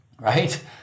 right